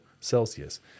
Celsius